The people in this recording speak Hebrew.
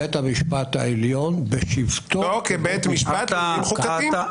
בית המשפט העליון בשבתו כבית משפט לעניינים חוקתיים.